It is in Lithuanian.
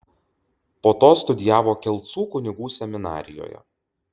po to studijavo kelcų kunigų seminarijoje